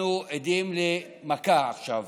אנחנו עדים למכה עכשיו,